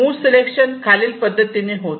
move selection खालील पद्धतीने होते